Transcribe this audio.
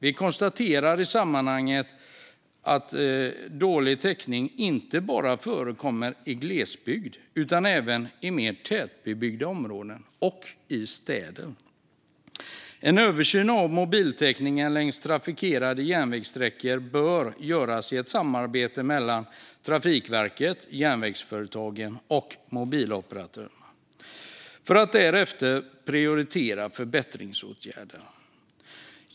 Vi konstaterar i sammanhanget att dålig täckning inte bara förekommer i glesbygd utan även i mer tätbebyggda områden och i städer. En översyn av mobiltäckningen längs trafikerade järnvägssträckor bör göras i ett samarbete mellan Trafikverket, järnvägsföretagen och mobiloperatörerna för att därefter prioritera förbättringsåtgärderna.